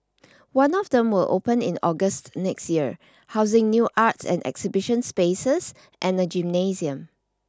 one of them will open in August next year housing new arts and exhibition spaces and a gymnasium